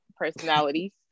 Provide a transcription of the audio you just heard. personalities